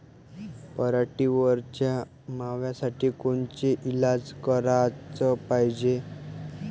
पराटीवरच्या माव्यासाठी कोनचे इलाज कराच पायजे?